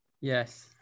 Yes